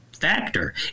factor